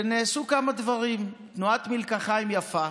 שנעשו כמה דברים, תנועת מלקחיים יפה: